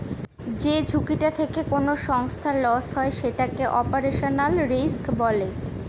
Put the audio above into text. যে ঝুঁকিটা থেকে কোনো সংস্থার লস হয় সেটাকে অপারেশনাল রিস্ক বলে